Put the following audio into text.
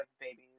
babies